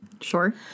sure